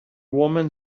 woman